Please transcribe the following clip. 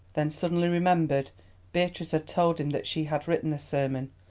then suddenly remembered beatrice had told him that she had written the sermon,